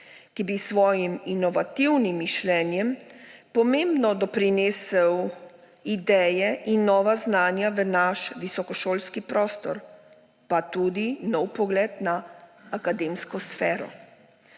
ki bi s svojim inovativnim mišljenjem pomembno doprinesel ideje in nova znanja v naš visokošolski prostor, pa tudi nov pogled na akademsko sfero.